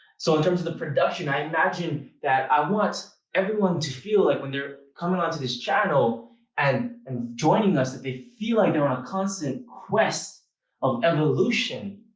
so, in terms of the production, i imagine that i want everyone to feel like when they're coming onto this channel and and joining us, that they feel like they're on a constant quest of evolution.